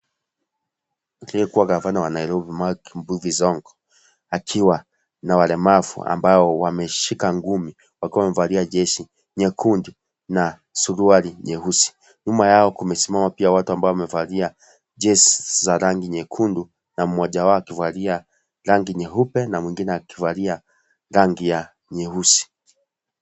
Aliyekua Gavana wa Nairobi Mike Mbuvi Sonko, akiwa na walemavu ambao wameshika ngumi wakiwa wamevalia jeshi nyekundu na suruali nyeusi nyuma yao kumesimama watu pia ambao wamevalia jezi za rangi nyekundu na mmoja wao akivalia rangi nyeupe na mwingine akivalia rangi ya nyeusi.